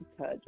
touch